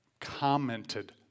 commented